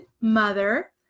mother